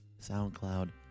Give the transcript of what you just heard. SoundCloud